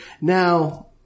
Now